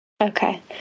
Okay